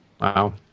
Wow